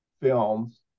films